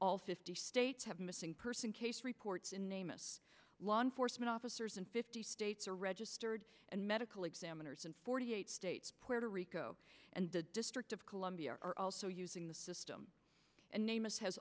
all fifty states have missing person case reports in amos law enforcement officers and fifty states are registered and medical examiners in forty eight states puerto rico and the district of columbia are also using the system and